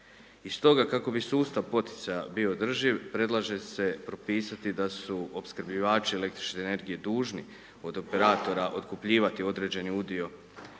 I stoga kako bi sustav poticanja bio održiv predlaže se propisati da su opskrbljivači el. energije, dužni, od operatori otkupljivati određeni udio,